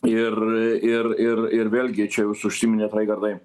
ir ir ir ir vėlgi čia jūs užsiminėt raigardai